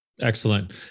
Excellent